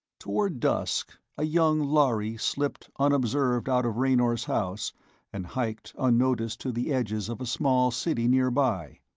toward dusk, a young lhari slipped unobserved out of raynor's house and hiked unnoticed to the edges of a small city nearby,